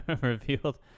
revealed